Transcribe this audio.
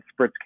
spritz